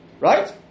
Right